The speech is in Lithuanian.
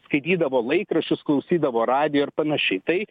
skaitydavo laikraščius klausydavo radijo ir panašiai tai